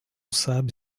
sabe